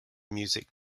music